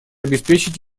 обеспечить